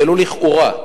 ולו לכאורה,